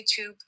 YouTube